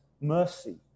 mercy